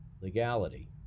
legality